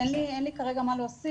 אין לי כרגע מה להוסיף.